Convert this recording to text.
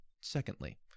Secondly